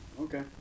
okay